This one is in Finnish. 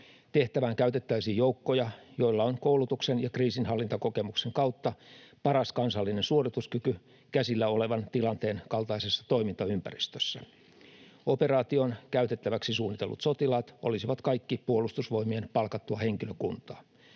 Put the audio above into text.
Tehtävään käytettäisiin joukkoja, joilla on koulutuksen ja kriisinhallintakokemuksen kautta paras kansallinen suorituskyky käsillä olevan tilanteen kaltaisessa toimintaympäristössä. Operaatioon käytettäväksi suunnitellut sotilaat olisivat kaikki Puolustusvoimien palkattua henkilökuntaa.